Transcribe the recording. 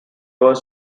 was